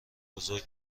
بزرگ